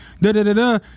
da-da-da-da